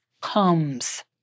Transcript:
comes